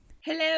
hello